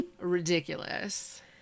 ridiculous